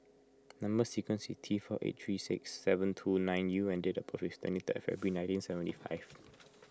Number Sequence is T four eight three six seven two nine U and date of birth is twenty third February nineteen seventy five